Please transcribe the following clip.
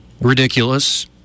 ridiculous